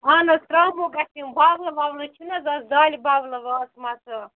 اَہن حظ ترٛاموٗ گَژھِ یِم بَولہٕ وَولہٕ چھِنہٕ حظ آز دالہِ بَولہٕ واژمژٕ